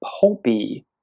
pulpy